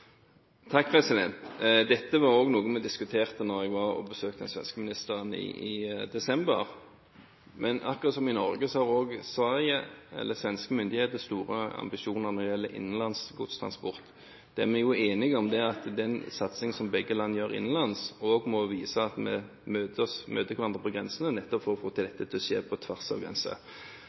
Dette var noe vi diskuterte da jeg besøkte den svenske ministeren i desember. Akkurat som norske myndigheter har også svenske myndigheter store ambisjoner når det gjelder innenlandsk godstransport. Det vi er enige om, er at den satsingen som begge land gjør innenlands, også må vise at vi møter hverandre på grensene nettopp for å få dette til å skje på tvers av